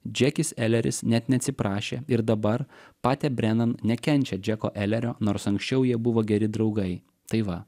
džekis eleris net neatsiprašė ir dabar pate brenan nekenčia džeko elerio nors anksčiau jie buvo geri draugai tai va